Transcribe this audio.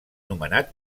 nomenat